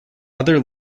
other